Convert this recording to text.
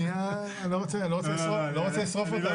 אני לא רוצה לשרוף אותה,